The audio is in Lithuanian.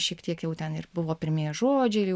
šiek tiek jau ten ir buvo pirmieji žodžiai